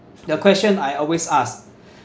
the question I always ask